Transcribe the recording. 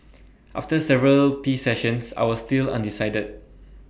after several tea sessions I was still undecided